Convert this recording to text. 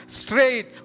straight